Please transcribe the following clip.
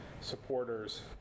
supporters